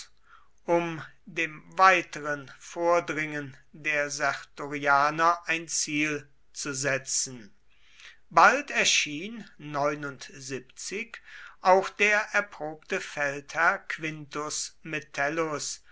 um dem weiteren vordringen der sertorianer ein ziel zu setzen bald erschien auch der erprobte feldherr quintus metellus